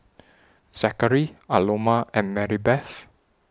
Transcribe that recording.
Zackary Aloma and Marybeth